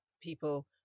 people